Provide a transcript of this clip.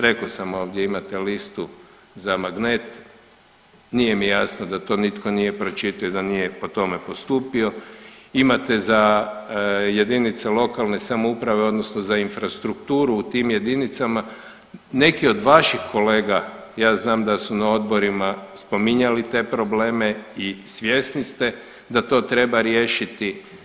Rekao sam ovdje imate listu za magnet, nije mi jasno da to nitko nije pročitao i da nije po tome postupio, imate za jedinice lokalne samouprave odnosno za infrastrukturu u tim jedinicama neki od vaših kolega ja znam da su na odborima spominjali te probleme i svjesni ste da to treba riješiti.